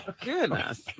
goodness